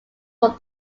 from